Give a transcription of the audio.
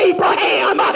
Abraham